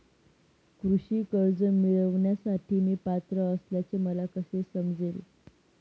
कृषी कर्ज मिळविण्यासाठी मी पात्र असल्याचे मला कसे समजेल?